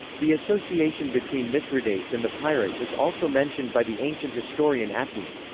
the association between mithridates and the pirates is also mentioned by the ancient historian appian.